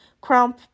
crown